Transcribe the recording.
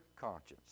conscience